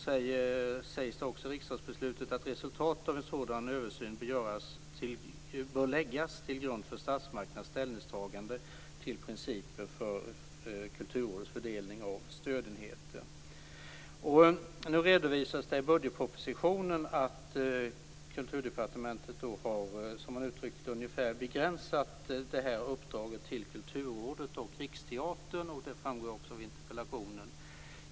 Det sägs också i riksdagsbeslutet att resultatet av en sådan översyn bör läggas till grund för statsmakternas ställningstagande till principer för Nu redovisas i budgetpropositionen att Kulturdepartementet litet ungefärligt uttryckt har begränsat uppdraget till att gälla Kulturrådet och Riksteatern. Det framgår också av interpellationen.